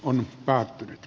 on päättynyt